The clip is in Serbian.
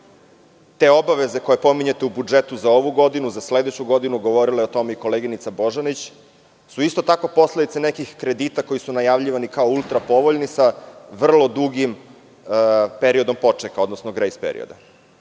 Te obaveze koje pominjete u budžetu za ovu godinu, za sledeću godinu, govorila je o tome i koleginica Božanić, isto su tako posledica nekih kredita koji su najavljivani kao ultra povoljni sa vrlo dugim grejs periodom.